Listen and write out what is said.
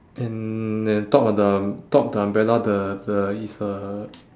and then top of the top of the umbrella the the it's a